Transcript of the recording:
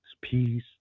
peace